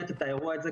את האירוע הזה,